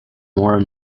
more